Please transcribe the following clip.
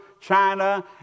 China